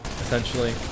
essentially